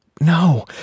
No